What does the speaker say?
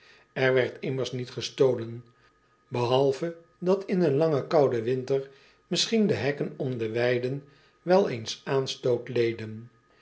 r werd immers niet gestolen behalve dat in een langen kouden winter misschien de hekken om de weiden wel eens aanstoot leden